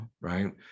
Right